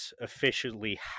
officially